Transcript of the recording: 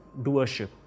doership